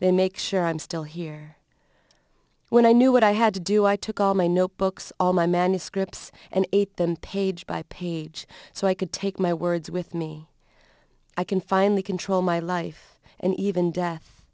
they make sure i'm still here when i knew what i had to do i took all my notebooks all my manuscripts and ate them page by page so i could take my words with me i can finally control my life and even death